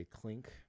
clink